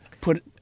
put